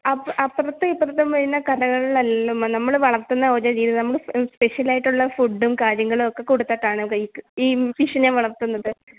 അപ്പു അപ്പുറത്ത് ഇപ്പുറത്തും വരുന്ന കടകളിലല്ലല്ലോ മാം നമ്മൾ വളർത്തുന്ന ഒരേ രീതിയിൽ നമ്മൾ സ്പെഷ്യലായിട്ടുള്ള ഫുഡും കാര്യങ്ങളുമൊക്കെ കൊടുത്തിട്ടാണ് ഈ ഈ ഫിഷിനെ വളർത്തുന്നത്